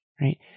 right